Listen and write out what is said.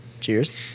cheers